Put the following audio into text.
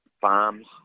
farms